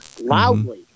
loudly